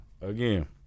Again